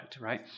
right